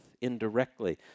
indirectly